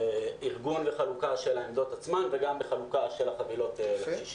בארגון וחלוקה של העמדות עצמן וגם בחלוקה של החבילות לקשישים.